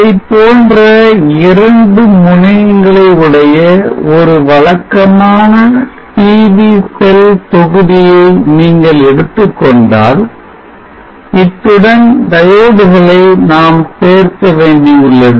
இதைப்போன்ற இரண்டு முனையங்களை உடைய ஒரு வழக்கமான PV செல் தொகுதியை நீங்கள் எடுத்துக்கொண்டால் இத்துடன் diodes களை நாம் சேர்க்க வேண்டியுள்ளது